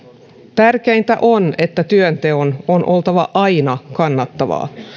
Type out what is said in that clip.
tärkeintä on että työnteon on oltava aina kannattavaa